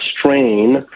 strain